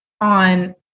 on